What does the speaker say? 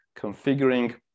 configuring